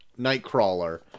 Nightcrawler